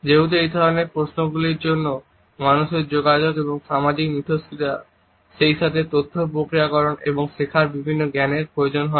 যেহেতু এই ধরনের প্রশ্নগুলির জন্য মানুষের যোগাযোগ এবং সামাজিক ইন্টারেকশন সেইসাথে তথ্য প্রক্রিয়াকরণ এবং শেখার বিভিন্ন জ্ঞানের প্রয়োজন হয়